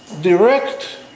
direct